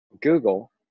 Google